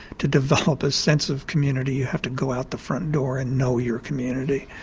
to develop a sense of community you have to go out the front door and know your community,